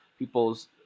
people's